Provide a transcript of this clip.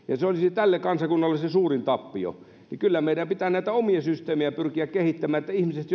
ja se olisi tälle kansakunnalle se suurin tappio niin että kyllä meidän pitää näitä omia systeemejä pyrkiä kehittämään että ihmiset